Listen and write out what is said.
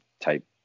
type